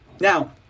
Now